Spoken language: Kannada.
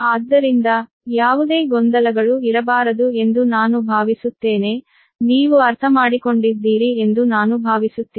ಆದ್ದರಿಂದ ಯಾವುದೇ ಗೊಂದಲಗಳು ಇರಬಾರದು ಎಂದು ನಾನು ಭಾವಿಸುತ್ತೇನೆ ನೀವು ಅರ್ಥಮಾಡಿಕೊಂಡಿದ್ದೀರಿ ಎಂದು ನಾನು ಭಾವಿಸುತ್ತೇನೆ